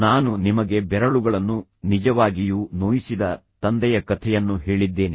ನಾನು ನಿಮಗೆ ಬೆರಳುಗಳನ್ನು ನಿಜವಾಗಿಯೂ ನೋಯಿಸಿದ ತಂದೆಯ ಕಥೆಯನ್ನು ಹೇಳಿದ್ದೇನೆ